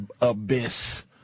abyss